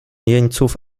jeńców